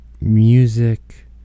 music